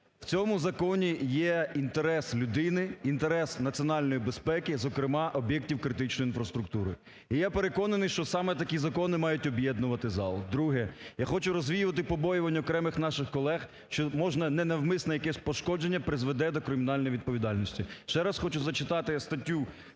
В цьому законі є інтерес людини, інтерес національної безпеки, зокрема, об'єктів критичної інфраструктури. І я переконаний, що саме такі закони мають об'єднувати зал. Друге. Я хочу розвіювати побоювання окремих наших колег, що можна ненавмисне якесь пошкодження призведе до кримінальної відповідальності. Ще раз хочу зачитати статтю